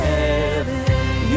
heaven